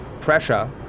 pressure